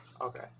Okay